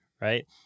right